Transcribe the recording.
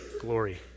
glory